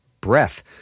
Breath